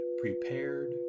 prepared